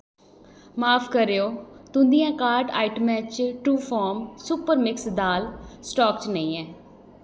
माफ करयो तुं'दियें कार्ट आइटमें चा ट्रूफार्म सुपर मिक्स दाल स्टाक च नेईं ऐ